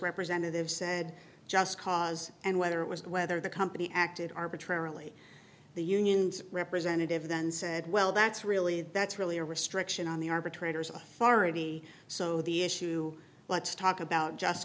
representative said just cause and whether it was whether the company acted arbitrarily the union's representative then said well that's really that's really a restriction on the arbitrators authority so the issue let's talk about just